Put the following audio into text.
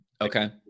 okay